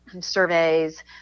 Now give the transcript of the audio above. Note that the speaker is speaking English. surveys